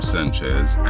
Sanchez